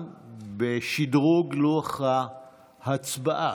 על שדרוג לוח ההצבעה